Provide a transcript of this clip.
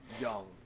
young